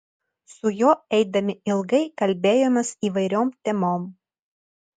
su juo eidami ilgai kalbėjomės įvairiom temom